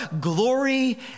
glory